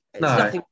no